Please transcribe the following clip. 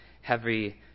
heavy